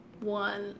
one